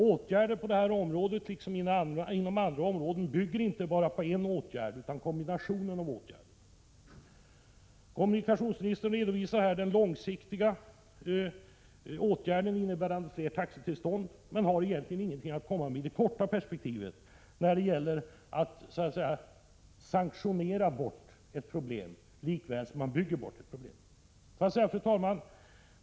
Lösningen på detta problem, liksom på andra problem, bygger inte bara på en åtgärd utan på kombinationen av åtgärder. Kommunikationsministern redovisar framtida åtgärder, innebärande fler taxitillstånd, men han har egentligen inte något att komma med i det korta perspektivet när det gäller att så att säga sanktionera bort ett problem lika väl som man bygger bort ett problem. Fru talman!